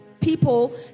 people